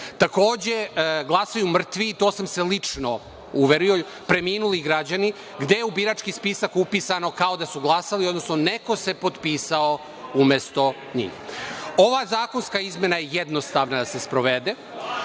Takođe, glasaju mrtvi i to sam se lično uverio, preminuli građani, gde je u birački spisak upisano kao da su glasali, odnosno neko se potpisao umesto njih. Ova zakonska izmena je jednostavna da se sprovede,